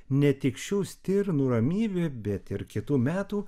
ne tik šių stirnų ramybė bet ir kitų metų